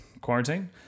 quarantine